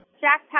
Jack